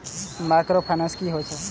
Micro finance कि होई छै?